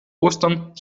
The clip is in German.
ostern